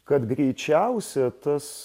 kad greičiausia tas